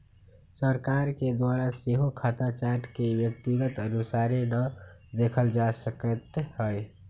सरकार के द्वारा सेहो खता चार्ट के व्यक्तिगत अनुसारे न देखल जा सकैत हइ